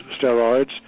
steroids